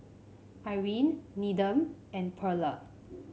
Irine Needham and Pearla